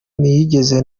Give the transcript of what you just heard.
ntiyigeze